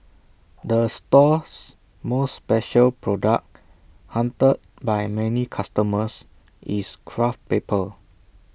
the store's most special product hunted by many customers is craft paper